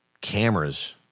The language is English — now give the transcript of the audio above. cameras